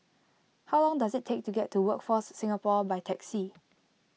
how long does it take to get to Workforce Singapore by taxi